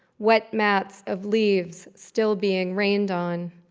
wet mats of leaves still being rained on.